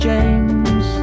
James